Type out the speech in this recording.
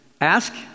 ask